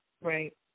Right